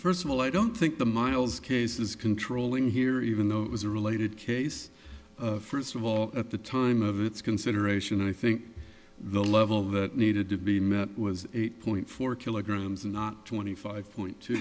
first of all i don't think the miles case is controlling here even though it was a related case first of all at the time of its consideration i think the level that needed to be met was eight point four kilograms and not twenty five point t